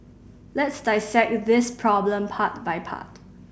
let's dissect this problem part by part